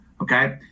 okay